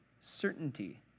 certainty